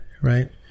right